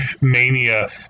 mania